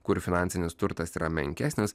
kur finansinis turtas yra menkesnis